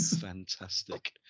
Fantastic